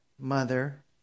mother